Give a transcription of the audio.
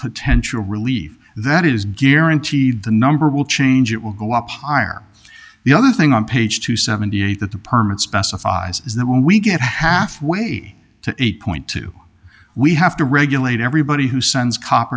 potential relief that it is guaranteed the number will change it will go up higher the other thing on page two seventy eight that the permit specifies that when we get half way to eight point two we have to regulate everybody who sends cop